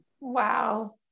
Wow